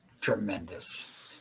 Tremendous